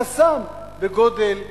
חסם בגודל הדירה,